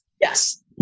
Yes